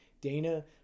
Dana